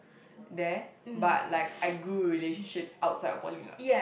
there but like I grew relationships outside of poly lah